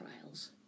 trials